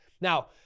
Now